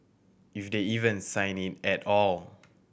if they even sign it at all